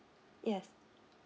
yes